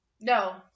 No